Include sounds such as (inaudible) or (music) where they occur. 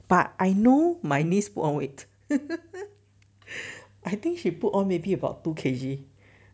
but I know my niece put on weight (laughs) I think she put or maybe about two K_G